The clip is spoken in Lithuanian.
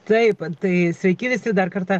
taip tai sveiki visi dar kartą